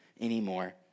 anymore